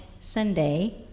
Sunday